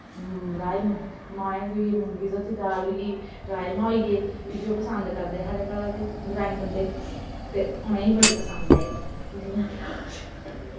राज मांहें दी होई मुंगी धोती दी दाल होई राजमां होइये इयो पसंद करदे साढ़े घरा दे ग्राईं बंदे ते उनेंगी बड़ी पसंद ऐ एह् कि जि'यां